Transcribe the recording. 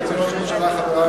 אדוני ראש הממשלה,